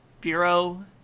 bureau